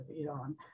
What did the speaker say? Iran